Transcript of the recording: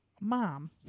mom